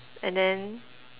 and then